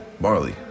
barley